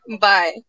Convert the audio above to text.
Bye